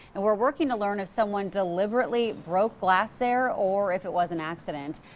and we're working to learn if someone deliberately broke glass there, or if it was an accident.